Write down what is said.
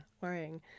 worrying